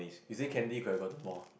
you see Candy could have gotten more